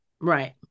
Right